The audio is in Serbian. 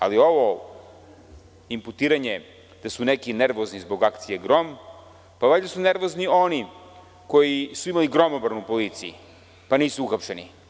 Ali, ovo imputiranje da su neki nervozni zbog akcije „Grom“, pa valjda su nervozni oni koji su imali gromobran u policiji, pa nisu uhapšeni.